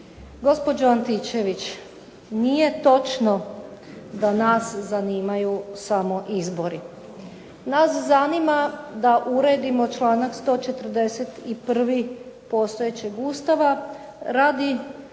Gospođo Antičević nije točno da nas zanimaju samo izbori. Nas zanima da uredimo članak 141. postojećeg Ustava radi